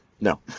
no